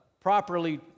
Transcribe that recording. properly